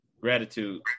Gratitude